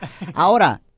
Ahora